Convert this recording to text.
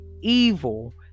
evil